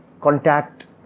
contact